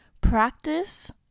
Practice